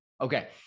Okay